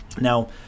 Now